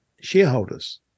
shareholders